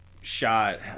shot